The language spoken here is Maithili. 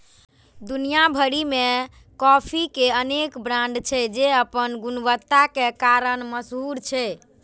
दुनिया भरि मे कॉफी के अनेक ब्रांड छै, जे अपन गुणवत्ताक कारण मशहूर छै